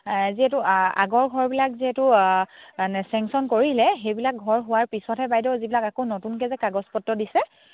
যিহেতু আগৰ ঘৰবিলাক যিহেতু চেংচন কৰিলে সেইবিলাক ঘৰ হোৱাৰ পিছতহে বাইদেউ যিবিলাক আকৌ নতুনকৈ যে কাগজ পত্ৰ দিছে